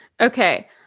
Okay